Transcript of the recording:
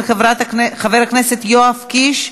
של חברי הכנסת יואב קיש,